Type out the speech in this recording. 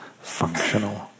functional